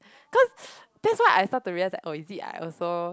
cause that's why I start to realize oh is it I also